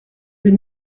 des